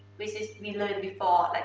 which is, we learned before,